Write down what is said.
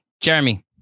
Jeremy